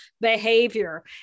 behavior